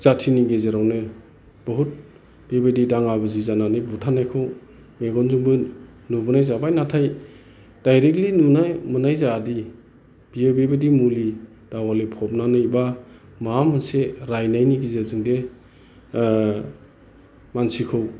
जाथिनि गेजेरावनो बहुद बेबायदि दाङा बाजि जानानै बुथारनायखौ मेगनजोंबो नुबोनाय जाबाय नाथाय डायरेक्टलि नुनो मोननाय जायादि बेयो बेबायदि मुलि दावालि फबनानै बा माबा मोनसे रायनायनि गेजेरजोंदि मानसिखौ